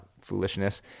foolishness